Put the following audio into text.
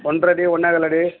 ஒன்றை அடி ஒன்னேகால் அடி